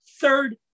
third